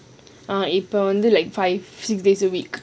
err இப்ப வந்து:ippa wanthu like five six days a week